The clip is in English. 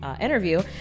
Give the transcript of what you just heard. interview